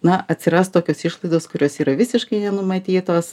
na atsiras tokios išlaidos kurios yra visiškai nenumatytos